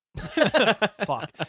Fuck